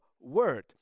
Word